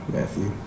Matthew